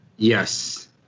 Yes